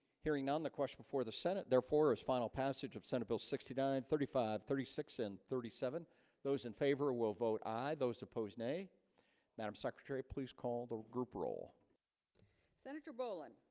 hearing none the question before the senate therefore is final passage of senate bill sixty nine thirty five thirty six and thirty seven those in favor will vote aye those opposed nay madam secretary, please call the group roll senator boland